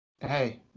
Hey